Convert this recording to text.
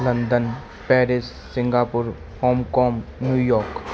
London Paris Singapore Hong Kong New York